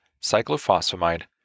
cyclophosphamide